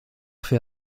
fait